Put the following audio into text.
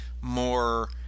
more